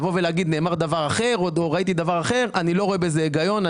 לבוא ולומר שנאמר דבר אחר או ראיתי דבר אחר אני לא רואה בזה הגיון.